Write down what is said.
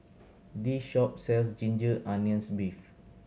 this shop sells ginger onions beef